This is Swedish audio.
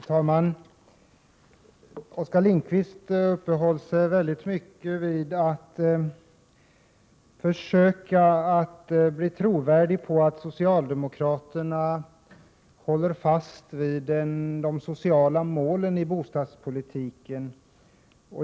Herr talman! Oskar Lindkvist uppehöll sig mycket vid att försöka bli trovärdig i fråga om att socialdemokraterna håller fast vid de sociala målen i bostadspolitiken.